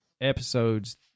episodes